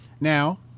now